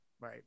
right